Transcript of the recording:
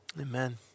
Amen